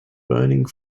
burning